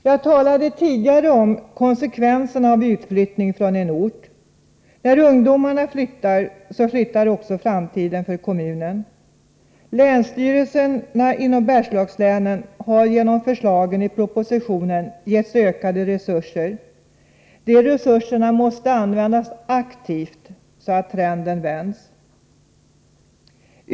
Jag talade tidigare om konsekvenserna av utflyttning från en ort. När ungdomarna flyttar, så flyttar också framtiden för kommunen. Länsstyrelserna inom Bergslagslänen har genom förslagen i propositionen getts ökade resurser. De resurserna måste användas aktivt så att trenden vänds.